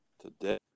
today